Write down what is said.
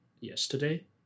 yesterday